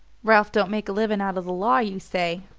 ralph don't make a living out of the law, you say?